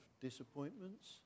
disappointments